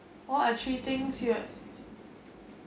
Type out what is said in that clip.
what're three things you have